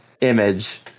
image